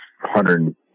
hundred